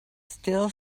still